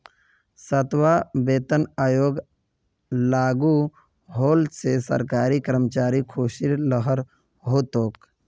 सातवां वेतन आयोग लागू होल से सरकारी कर्मचारिर ख़ुशीर लहर हो तोक